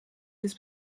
this